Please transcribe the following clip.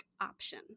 option